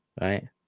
right